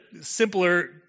simpler